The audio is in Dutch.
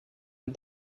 een